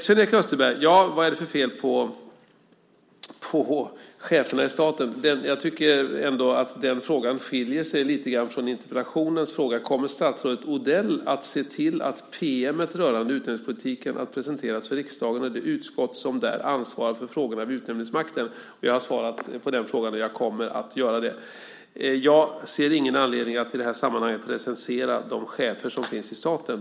Sven-Erik Österberg undrar: Vad är det för fel på cheferna i staten? Jag tycker ändå att den frågan skiljer sig lite grann från interpellationens fråga: "Kommer statsrådet Odell att se till att pm:et om utnämningspolitiken presenteras för riksdagen och det utskott som där ansvarar för frågorna om utnämningsmakten?" Jag har svarat på den frågan, och jag kommer att göra det som efterfrågas. Jag ser ingen anledning att i det här sammanhanget recensera de chefer som finns i staten.